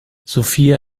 sofia